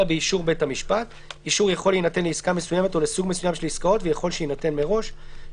האישור הממונה יכול שיינתן לעניין מסוים או לעסקה או לפעולה מסוימת,